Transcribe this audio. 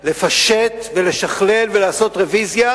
היא לפשט ולשכלל ולעשות רוויזיה,